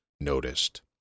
noticed